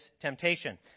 temptation